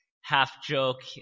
half-joke